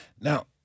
Now